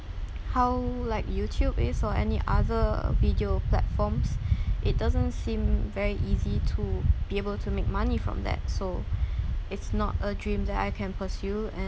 how like youtube is or any other video platforms it doesn't seem very easy to be able to make money from that so it's not a dream that I can pursue and